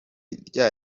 rya